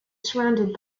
surrounded